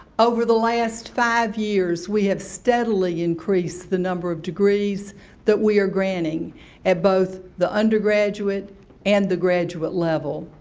over the last five years, we have steadily increased the number of degrees that we are granting at both the undergraduate and the graduate level.